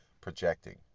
projecting